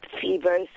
fever